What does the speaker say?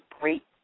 great